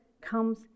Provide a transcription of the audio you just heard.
comes